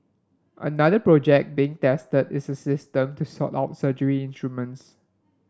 another project being tested is a system to sort out surgery instruments